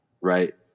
right